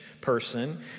person